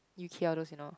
U_K all those you know